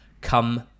come